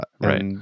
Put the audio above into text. Right